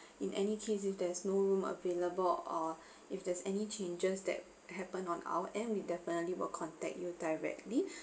in any case if there's no room available or if there's any changes that happen on our end we definitely will contact you directly